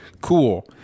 Cool